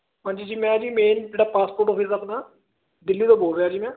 ਹਾਂਜੀ ਜੀ ਮੈਂ ਜੀ ਮੇਨ ਜਿਹੜਾ ਪਾਸਪੋਰਟ ਆਫਿਸ ਆਪਣਾ ਦਿੱਲੀ ਤੋਂ ਬੋਲ ਰਿਹਾ ਜੀ ਮੈਂ